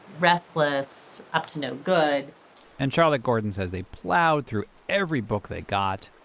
restless, up to no good and charlotte gordon says they plowed through every book they got.